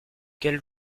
quel